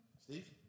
Steve